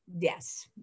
Yes